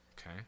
okay